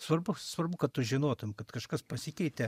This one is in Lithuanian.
svarbu svarbu kad tu žinotum kad kažkas pasikeitė